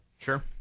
Sure